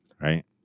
right